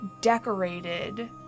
decorated